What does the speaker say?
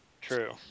True